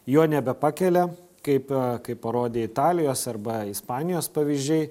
jo nebepakelia kaip kaip parodė italijos arba ispanijos pavyzdžiai